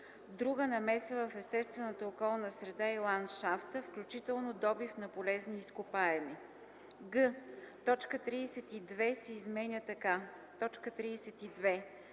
друга намеса в естествената околна среда и ландшафта, включително добив на полезни изкопаеми”; г) точка 32 се изменя така: